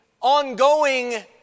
ongoing